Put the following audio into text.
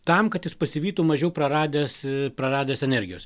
tam kad jis pasivytų mažiau praradęs praradęs energijos